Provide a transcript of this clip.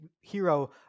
Hero